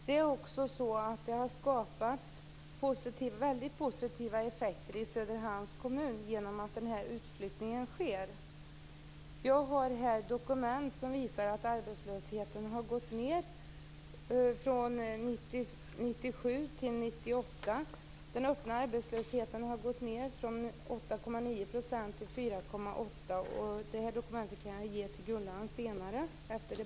Det har skapats positiva effekter i Jag har här ett dokument som visar att arbetslösheten gått ned under åren 1997 till 1998 från 8,9 % till 4,8 %.